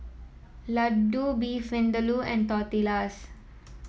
Ladoo Beef Vindaloo and Tortillas